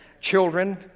children